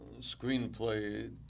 screenplay